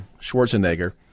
Schwarzenegger